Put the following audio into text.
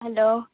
hello